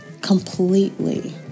completely